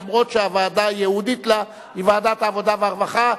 אף שהוועדה הייעודית לה היא ועדת העבודה והרווחה.